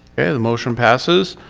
and the motion passes.